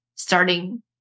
Starting